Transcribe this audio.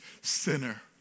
sinner